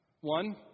One